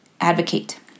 advocate